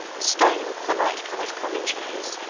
stone the light-colored common cherries,